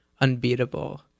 unbeatable